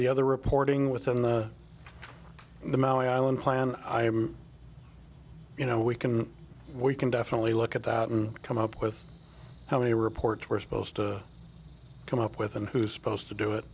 the other reporting within the the maoi island plan i am you know we can we can definitely look at that and come up with how many reports we're supposed to come up with and who's supposed to do it